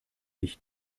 sich